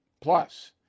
Plus